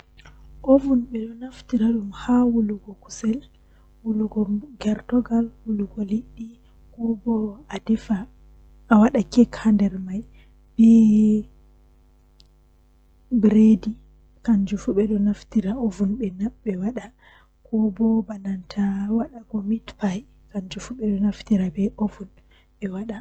Fajjira tomi fini haa leso am mi ummi mi lalliti hunduko am mi yiiwi mi wari mi hasiti to mi hasiti mi dilla babal kuugan tomi warti be kikide mi yiiwa tomi yiwi mi waala mi siwto.